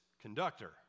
conductor